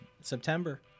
September